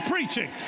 Preaching